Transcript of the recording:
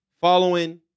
Following